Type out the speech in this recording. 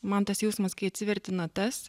man tas jausmas kai atsiverti natas